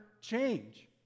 change